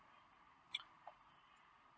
sure